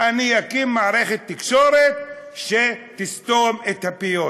אני אקים מערכת תקשורת שתסתום את הפיות,